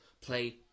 play